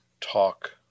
talk